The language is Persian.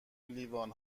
لیوان